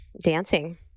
Dancing